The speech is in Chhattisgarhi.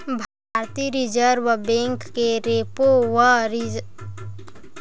भारतीय रिर्जव बेंक के रेपो व रिवर्स रेपो रेट के अधार म सरकारी बांड के बियाज ल तय करे जाथे